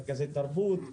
מרכזי תרבות,